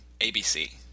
ABC